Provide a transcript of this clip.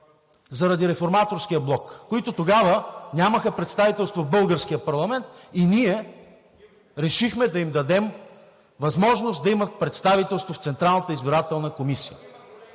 заради „Реформаторския блок“, които тогава нямаха представителство в българския парламент и ние решихме да им дадем възможност да имат представителство в Централната избирателна комисия.